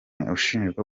ashinjwa